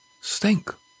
stink